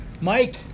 Mike